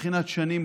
של שנים,